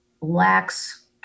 lacks